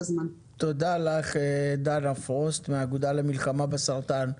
תודה לך דנה פרוסט מהאגודה למלחמה בסרטן.